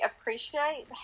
appreciate